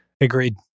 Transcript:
Agreed